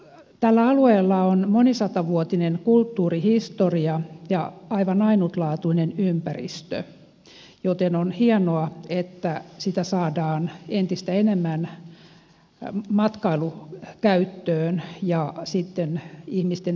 tällä alueella on monisatavuotinen kulttuurihistoria ja aivan ainutlaatuinen ympäristö joten on hienoa että sitä saadaan entistä enemmän matkailukäyttöön ja ihmisten virkistyskäyttöön